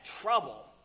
trouble